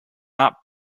not